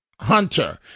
Hunter